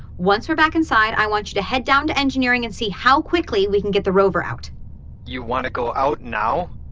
once we're back inside, i want you to head down to engineering and see how quickly we can get the rover out you want to go out now?